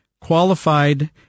qualified